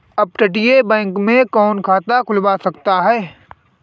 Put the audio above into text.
अपतटीय बैंक में कौन खाता खुलवा सकता है?